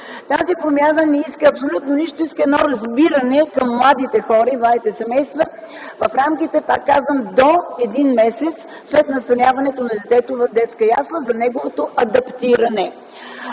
Тази промяна не иска абсолютно нищо, иска едно разбиране към младите хора и младите семейства в рамките, пак казвам, до един месец след настаняването на детето в детска ясла за неговото адаптиране.